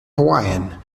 hawaiian